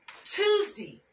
Tuesday